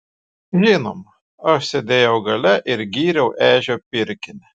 žinoma aš sėdėjau gale ir gyriau ežio pirkinį